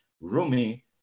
Rumi